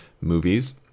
movies